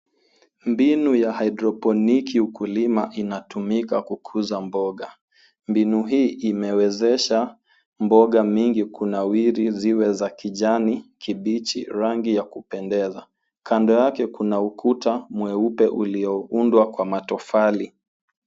Mbinu ya hydroponiki ukulima inatumika kukuza mboga. Mbinu hii imewezesha mboga mingi kunawiri, ziweza kijani kibichi, rangi ya kupendeza. Kando yake kuna ukuta mweupe ulioundwa kwa matofali.